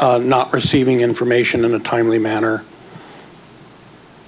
not receiving information in a timely manner